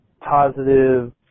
positive